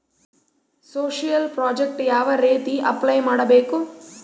Social project ಯಾವ ರೇತಿ apply ಮಾಡಬೇಕು?